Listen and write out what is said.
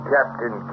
Captain